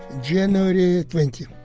january twenty. i